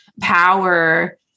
power